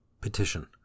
Petition